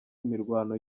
imirwano